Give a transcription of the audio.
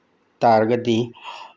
ꯇꯥꯔꯒꯗꯤ